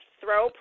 throw